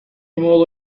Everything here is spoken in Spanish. modo